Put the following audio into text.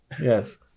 Yes